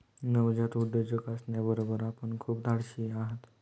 नवजात उद्योजक असण्याबरोबर आपण खूप धाडशीही आहात